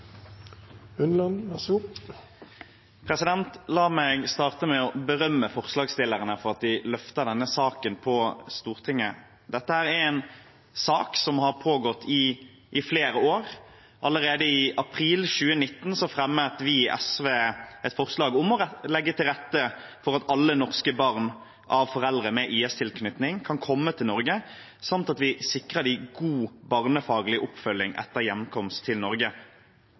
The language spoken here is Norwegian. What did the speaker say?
La meg starte med å berømme forslagsstillerne for at de løfter denne saken på Stortinget. Dette er en sak som har pågått i flere år. Allerede i april 2019 fremmet vi i SV et forslag om å legge til rette for at alle norske barn av foreldre med IS-tilknytning kan komme til Norge, samt at vi sikrer dem god barnefaglig oppfølging etter hjemkomst til Norge.